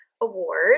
Award